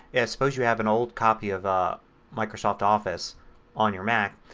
suppose you have an old copy of ah microsoft office on your mac.